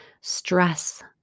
stress